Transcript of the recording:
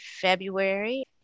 February